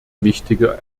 wichtige